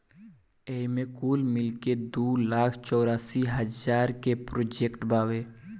एईमे कुल मिलाके दू लाख चौरासी हज़ार के प्रोजेक्ट बावे